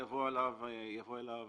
יבוא אליו